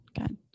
Good